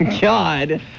God